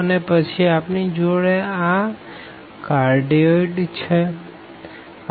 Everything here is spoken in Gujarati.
અને પછી આપણી જોડે આ કાર્ડિયોઇડ છે r1